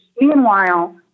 Meanwhile